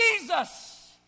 Jesus